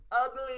Ugly